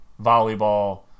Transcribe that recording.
volleyball